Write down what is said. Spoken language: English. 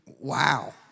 Wow